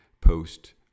post